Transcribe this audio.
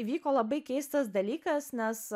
vyko labai keistas dalykas nes